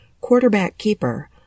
quarterback-keeper